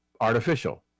artificial